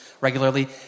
regularly